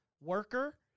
worker